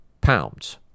pounds